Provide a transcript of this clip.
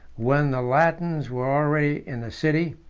when the latins were already in the city,